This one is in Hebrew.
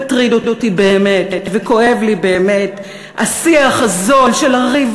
מטריד אותי באמת וכואב לי באמת השיח הזול של הריב